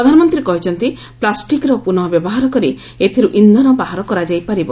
ପ୍ରଧାନମନ୍ତ୍ରୀ କହିଛନ୍ତି ପ୍ଲାଷ୍ଟିକ୍ର ପୁନଃ ବ୍ୟବହାର କରି ଏଥିରୁ ଇନ୍ଧନ ବାହାର କରାଯାଇପାରିବ